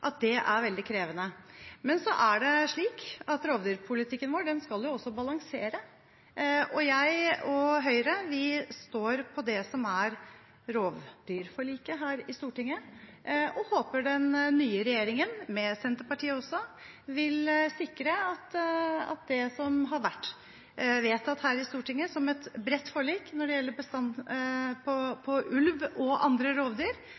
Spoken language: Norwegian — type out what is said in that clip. at det er krevende. Men så er det slik at rovdyrpolitikken vår også skal balanseres, og jeg og Høyre står på det som er rovdyrforliket her i Stortinget, og håper at den nye regjeringen, med Senterpartiet, vil sikre at det som har vært vedtatt her i Stortinget som et bredt forlik når det gjelder bestanden av ulv og andre rovdyr,